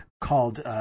called